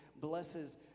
blesses